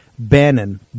Bannon